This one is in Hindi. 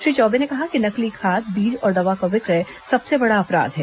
श्री चौबे ने कहा कि नकली खाद बीज और दवा का विक्रय सबसे बड़ा अपराध है